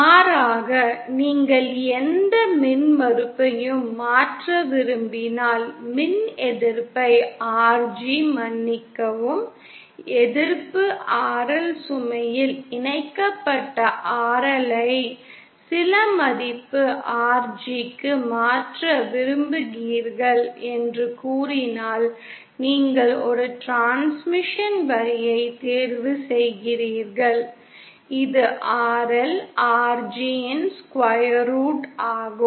மாறாக நீங்கள் எந்த மின்மறுப்பையும் மாற்ற விரும்பினால் மின்எதிர்ப்பை RG மன்னிக்கவும் எதிர்ப்பு RL சுமையில் இணைக்கப்பட்ட RLயை சில மதிப்பு RG க்கு மாற்ற விரும்புகிறீர்கள் என்று கூறினால் நீங்கள் ஒரு டிரான்ஸ்மிஷன் வரியை தேர்வு செய்கிறீர்கள் இது RL RG யின் square root ஆகும்